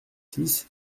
six